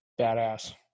badass